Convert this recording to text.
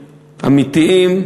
אמיתיים,